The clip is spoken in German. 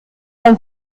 man